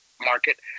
market